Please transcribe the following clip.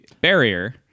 barrier